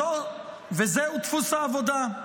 זהו דפוס העבודה: